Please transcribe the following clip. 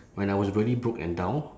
when I was really broke and down